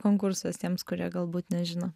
konkursas tiems kurie galbūt nežino